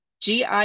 GI